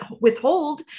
withhold